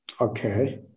Okay